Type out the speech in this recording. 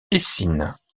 eysines